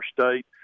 state